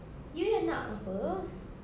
you yang nak apa